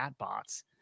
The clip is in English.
chatbots